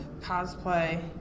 cosplay